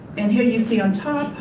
and here you see, on top,